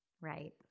Right